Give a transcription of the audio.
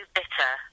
bitter